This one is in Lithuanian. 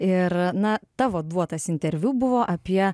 ir na tavo duotas interviu buvo apie